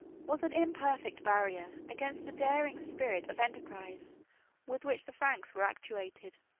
was an imperfect barrier against the daring spirit of enterprise with which the franks were actuated.